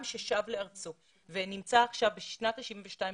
עם ששב לארצו ונמצא עכשיו בשנת ה-72 לקיומו,